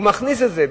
הוא מכניס את זה,